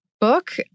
book